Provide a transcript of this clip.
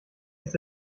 ist